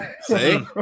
See